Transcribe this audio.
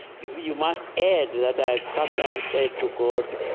you you must add that i've sometimes said to god,